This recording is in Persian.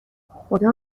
خدا